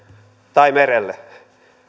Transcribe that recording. tai merelle